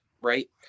right